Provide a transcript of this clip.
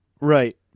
Right